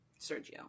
Sergio